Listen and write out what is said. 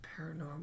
Paranormal